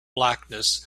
blackness